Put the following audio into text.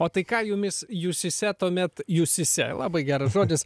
o tai ką jumis jūsise tuomet jūsise labai geras žodis